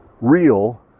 real